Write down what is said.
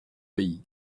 pays